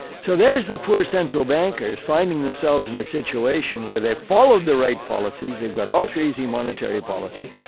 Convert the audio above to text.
so, there's the poor central bankers finding themselves in a situation where they followed the right policies, they've got ultra easy monetary policy,